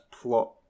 plot